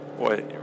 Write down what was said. Boy